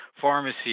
pharmacy